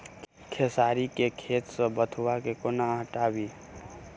खेसारी केँ खेत सऽ बथुआ केँ कोना हटाबी